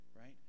right